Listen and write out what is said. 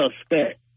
suspect